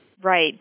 Right